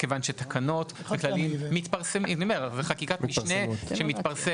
מכיוון שזוהי חקיקת משנה שמתפרסמת.